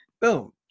Boom